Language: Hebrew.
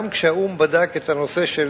גם כשהאו"ם בדק את הנושא של